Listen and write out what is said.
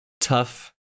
tough